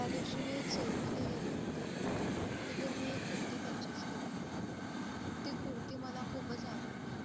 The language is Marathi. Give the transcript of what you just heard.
त्या दिवशी मी एक सेलमधे गेली होती तिथून मी एक कुरती पर्चेस केली ती कुरती मला खूपच आवडली